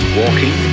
walking